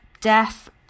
death